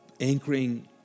anchoring